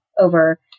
over